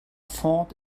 thought